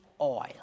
oil